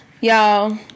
y'all